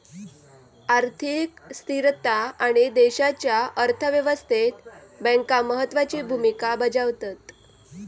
आर्थिक स्थिरता आणि देशाच्या अर्थ व्यवस्थेत बँका महत्त्वाची भूमिका बजावतत